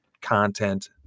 content